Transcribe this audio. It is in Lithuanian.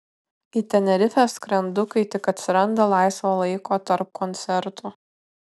į tenerifę skrendu kai tik atsiranda laisvo laiko tarp koncertų